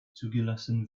zugelassen